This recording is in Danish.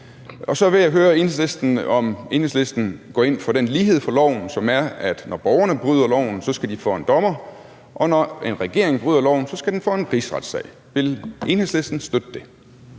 Enhedslisten, om Enhedslisten går ind for den lighed for loven, som er, at når borgerne bryder loven, skal de for en dommer, og at når en regering bryder loven, skal den for en rigsretssag. Vil Enhedslisten støtte det?